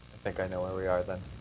think i know where we are then.